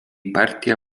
partija